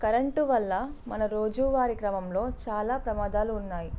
current వల్ల మన రోజూ వారి క్రమంలో చాలా ప్రమాదాలు ఉన్నాయి